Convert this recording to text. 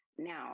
Now